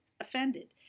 offended